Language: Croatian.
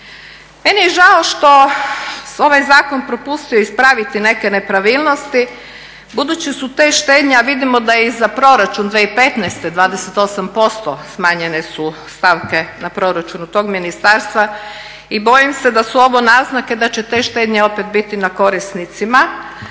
Meni je žao što je ovaj zakon propustio ispraviti neke nepravilnosti, budući da su te štednje, a vidimo da je i za proračun 2015. 28% smanjene su stavke na proračunu tog ministarstva i bojim se da su ovo naznake da će te štednje opet biti na korisnicima.